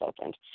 opened